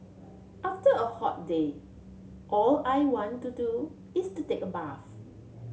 after a hot day all I want to do is to take bath